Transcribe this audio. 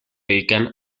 dedican